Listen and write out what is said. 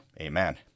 Amen